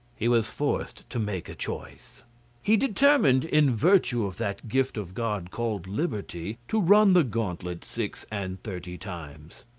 he was forced to make a choice he determined, in virtue of that gift of god called liberty, to run the gauntlet six-and-thirty times.